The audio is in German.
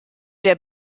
der